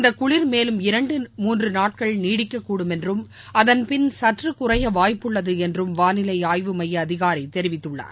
இந்த குளிர் மேலும் இரண்டு மூன்று நாட்கள் நீடிக்கக்கூடும் என்றும் அதன் பின் சற்று குறைய வாய்ப்புள்ளது என்றும் வானிலை ஆய்வு மையம் அதிகாரி தெரிவித்துள்ளார்